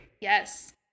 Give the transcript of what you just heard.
Yes